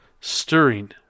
stirring